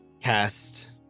cast